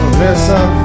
listen